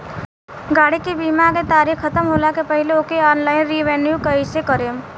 गाड़ी के बीमा के तारीक ख़तम होला के पहिले ओके ऑनलाइन रिन्यू कईसे करेम?